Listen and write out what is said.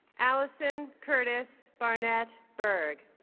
alison curtice barnett berg